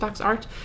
art